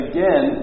Again